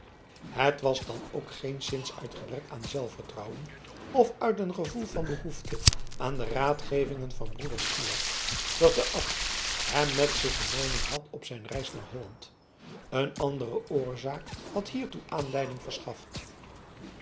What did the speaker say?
het was dan ook geenszins uit gebrek aan zelfvertrouwen of uit een gevoel van behoefte aan de raadgevingen van broeder syard dat de abt hem met zich genomen had op zijn reis naar holland een andere oorzaak had hiertoe aanleiding verschaft